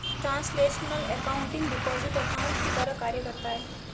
translational accounting deposit account की तरह कार्य करता है